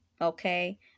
okay